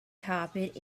copied